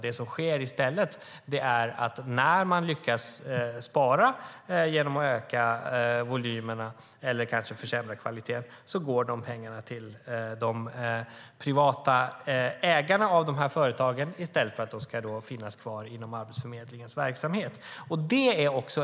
Det som sker är att när man lyckas spara, genom att öka volymerna eller kanske försämra kvaliteten, går pengarna till de privata ägarna av företagen i stället för att de ska finnas kvar inom Arbetsförmedlingens verksamhet.